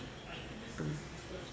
mm